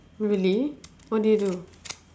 really what did you do